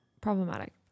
problematic